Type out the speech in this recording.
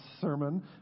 sermon